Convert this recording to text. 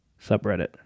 subreddit